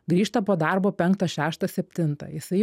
grįžta po darbo penktą šeštą septintą jisai